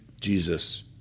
Jesus